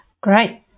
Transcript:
great